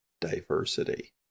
Diversity